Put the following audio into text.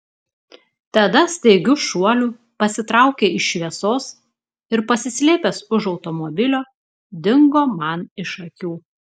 tada staigiu šuoliu pasitraukė iš šviesos ir pasislėpęs už automobilio dingo man iš akių